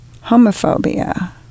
homophobia